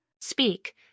Speak